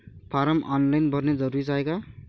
Form online भरने जरुरीचे हाय का?